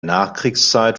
nachkriegszeit